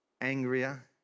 angrier